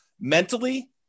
mentally